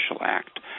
act